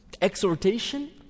exhortation